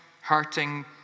hurting